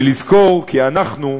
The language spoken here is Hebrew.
ולזכור כי אנחנו,